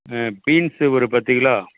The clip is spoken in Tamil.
பீன்ஸ் ஒரு பத்து கிலோ